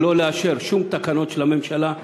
ולא לאשר שום תקנות של הממשלה,